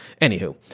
anywho